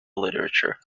literature